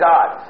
God